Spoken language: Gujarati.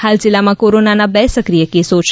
હાલ જિલ્લામાં કોરોનાના બે સક્રિય કેસો છે